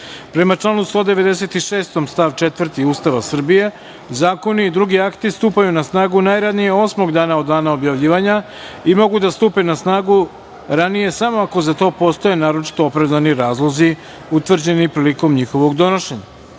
članu 196. stav 4. Ustava Srbije, zakoni i drugi akti stupaju na snagu najranije osmog dana od dana objavljivanja i mogu da stupe na snagu ranije samo ako za to postoje naročito opravdani razlozi utvrđeni prilikom njihovog donošenja. Stavljam